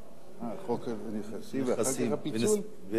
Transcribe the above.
התשע"ב 2012, נתקבל.